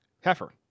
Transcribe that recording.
Heifer